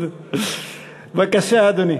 בבקשה, אדוני.